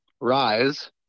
rise